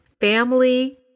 family